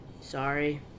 sorry